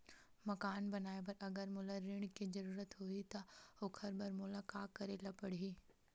मकान बनाये बर अगर मोला ऋण के जरूरत होही त ओखर बर मोला का करे ल पड़हि?